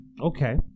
Okay